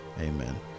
Amen